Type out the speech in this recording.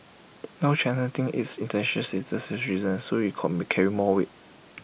now China thinks its International stature has risen so IT call may carry more weight